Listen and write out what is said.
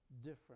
different